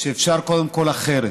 שאפשר קודם כול אחרת.